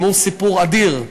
שמעו סיפור אדיר: